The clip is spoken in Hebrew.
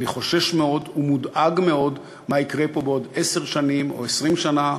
אני חושש מאוד ומודאג מאוד מה יקרה פה בעוד עשר או 20 שנה,